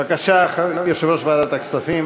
בבקשה, יושב-ראש ועדת הכספים,